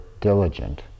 diligent